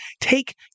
take